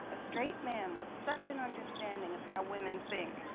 a straight man with such an understanding of how women think.